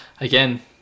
again